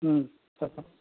చెప్పండి